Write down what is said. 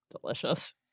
Delicious